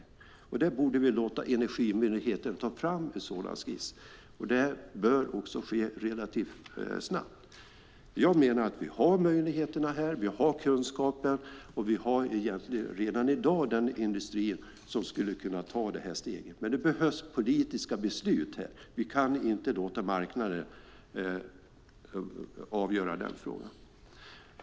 En sådan skiss borde vi låta Energimyndigheten ta fram. Det bör också ske relativt snabbt. Jag menar att vi har möjligheterna, att vi har kunskapen och att vi redan i dag har den industri som skulle kunna ta det här steget. Men det behövs politiska beslut här. Vi kan inte låta marknaden avgöra den frågan.